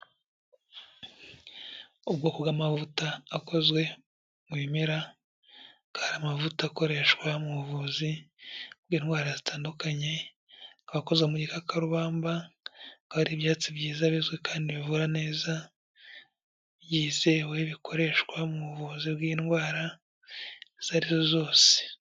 Ubwoko bw'amavuta akozwe mu bimera, akaba ari amavuta akoreshwa mu buvuzi bw'indwara zitandukanye, akaba akozwe mu gikakarubamba, akaba ari ibyatsi byiza bizwi kandi bivura neza byizewe, bikoreshwa mu buvuzi bw'indwara izo arizo zose.